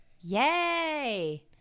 Yay